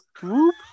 whoop